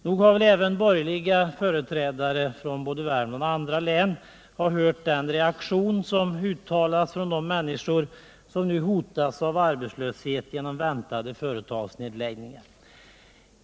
Nog har även borgerliga företrädare för Värmland och andra län märkt reaktionen från de människor som nu hotas av arbetslöshet på grund av väntade företagsnedläggningar.